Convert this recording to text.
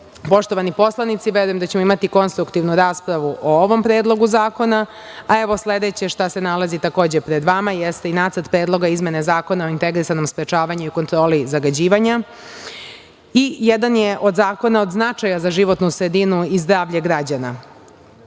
poslanici, verujem da ćemo imati konstruktivnu raspravu o ovom predlogu zakona, a evo sledeće šta se nalazi takođe pred vama, jeste i Nacrt predloga izmene Zakona o integrisanom sprečavanju i kontroli zagađivanja, i jedan je od zakona od značaja za životnu sredinu i zdravlje građana. Cilj